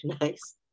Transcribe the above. nice